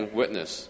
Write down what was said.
witness